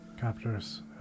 captors